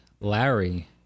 Larry